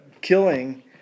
killing